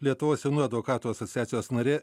lietuvos jaunųjų advokatų asociacijos narė